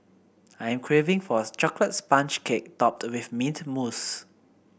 I am craving for a chocolate sponge cake topped with mint mousse